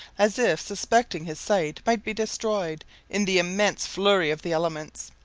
as if suspecting his sight might be destroyed in the immense flurry of the elements.